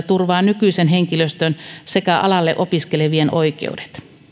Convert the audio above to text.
turvaa nykyisen henkilöstön sekä alalle opiskelevien oikeudet